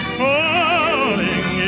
falling